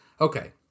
Okay